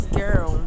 girl